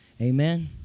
Amen